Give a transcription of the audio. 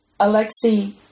Alexei